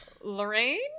Lorraine